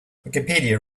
wikipedia